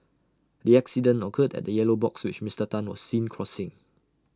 the accident occurred at A yellow box which Mister Tan was seen crossing